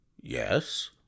Yes